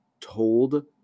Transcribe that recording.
told